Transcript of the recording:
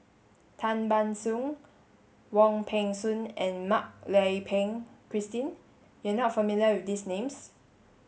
Tan Ban Soon Wong Peng Soon and Mak Lai Peng Christine you are not familiar with these names